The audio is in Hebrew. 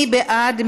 מי בעד?